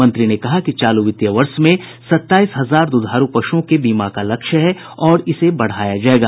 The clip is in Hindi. मंत्री ने कहा कि चालू वर्ष में सत्ताईस हजार दुधारू पशुओं के बीमा का लक्ष्य है इसे और बढ़ाया जायेगा